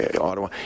Ottawa